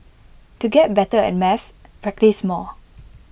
to get better at maths practise more